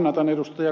kannatan ed